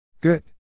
Good